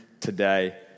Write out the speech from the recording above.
today